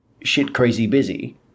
shit-crazy-busy